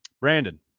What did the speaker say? Brandon